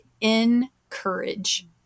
encourage